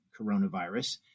coronavirus